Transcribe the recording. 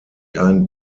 ein